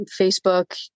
Facebook